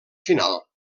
final